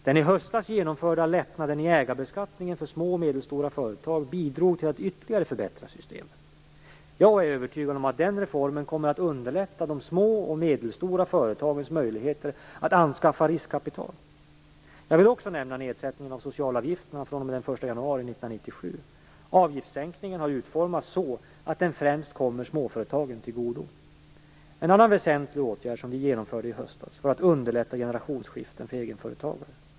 Den i höstas genomförda lättnaden i ägarbeskattningen för små och medelstora företag bidrog till att ytterligare förbättra systemet. Jag är övertygad om att den reformen kommer att underlätta de små och medelstora företagens möjligheter att anskaffa riskkapital. Jag vill också nämna nedsättningen av socialavgifterna fr.o.m. den 1 januari 1997. Avgiftssänkningen har utformats så att den främst kommer småföretagen till godo. En annan väsentlig åtgärd som vi genomförde i höstas var att underlätta generationsskiften för egenföretagare.